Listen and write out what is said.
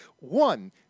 One